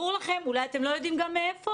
אולי אתם לא יודעים מאיפה,